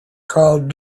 called